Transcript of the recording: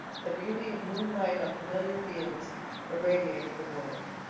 the beauty of moonlight on familiar fields irradiated the world.